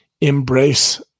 embrace